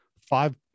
five